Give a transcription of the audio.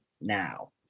now